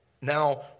Now